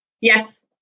Yes